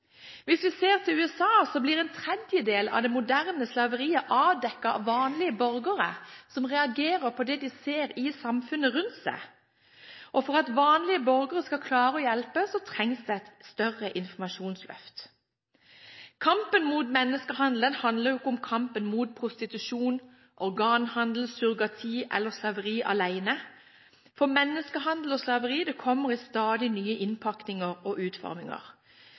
Hvis vi ser til USA, blir en tredjedel av det moderne slaveriet avdekket av vanlige borgere, som reagerer på det de ser i samfunnet rundt seg. For at vanlige borgere skal klare å hjelpe, trengs det et større informasjonsløft. Kampen mot menneskehandel handler ikke om kampen mot prostitusjon, organhandel, surrogati eller slaveri alene. For menneskehandel og slaveri kommer i stadig nye innpakninger og utforminger.